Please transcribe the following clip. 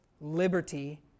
liberty